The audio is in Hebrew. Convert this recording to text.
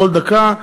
בכל דקה.